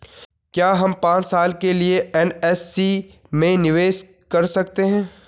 क्या हम पांच साल के लिए एन.एस.सी में निवेश कर सकते हैं?